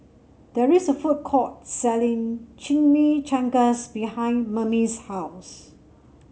there is a food court selling Chimichangas behind Mame's house